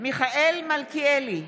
מיכאל מלכיאלי,